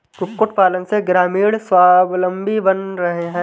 कुक्कुट पालन से ग्रामीण स्वाबलम्बी बन रहे हैं